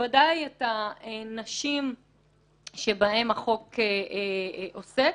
בוודאי את הנשים שבהן החוק עוסק.